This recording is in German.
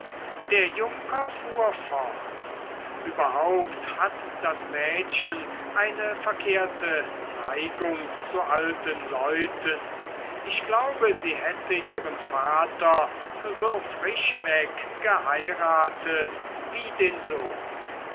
der junker fuhr fort überhaupt hat das mädchen eine verkehrte neigung zu alten leuten ich glaube sie hätte ihren vater so frisch weg geheiratet wie den sohn